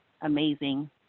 amazing